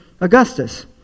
Augustus